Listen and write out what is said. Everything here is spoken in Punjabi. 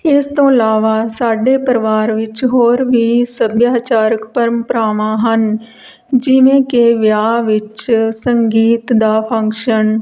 ਇਸ ਤੋਂ ਇਲਾਵਾ ਸਾਡੇ ਪਰਿਵਾਰ ਵਿੱਚ ਹੋਰ ਵੀ ਸਭਿਆਚਾਰਕ ਪ੍ਰੰਪਰਾਵਾਂ ਹਨ ਜਿਵੇਂ ਕਿ ਵਿਆਹ ਵਿੱਚ ਸੰਗੀਤ ਦਾ ਫੰਕਸ਼ਨ